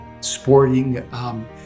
sporting